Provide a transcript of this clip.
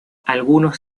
algunos